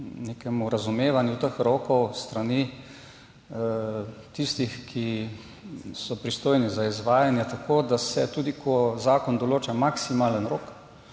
nekemu razumevanju teh rokov s strani tistih, ki so pristojni za izvajanje, tako da se tudi takrat, ko zakon določa maksimalen rok,